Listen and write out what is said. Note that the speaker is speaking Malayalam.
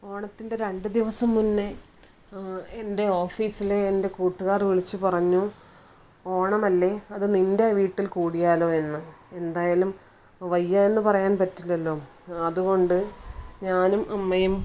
ഓണത്തിൻ്റെ രണ്ട് ദിവസം മുൻപേ എൻ്റെ ഓഫീസിലെ എൻ്റെ കൂട്ടുകാർ വിളിച്ച് പറഞ്ഞു ഓണം അല്ലേ അത് നിൻ്റെ വീട്ടിൽ കൂടിയാലോ എന്ന് എന്തായാലും വയ്യാ എന്ന് പറയാൻ പറ്റില്ലല്ലോ അത് കൊണ്ട് ഞാനും അമ്മയും